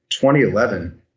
2011